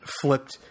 flipped